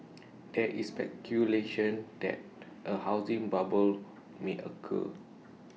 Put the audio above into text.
there is speculation that A housing bubble may occur